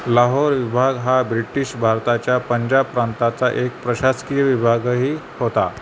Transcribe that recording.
लाहोर विभाग हा ब्रिटिश भारताच्या पंजाब प्रांताचा एक प्रशासकीय विभागही होता